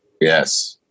Yes